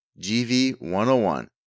GV101